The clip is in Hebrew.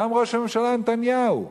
גם ראש הממשלה נתניהו,